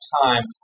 time